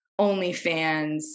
OnlyFans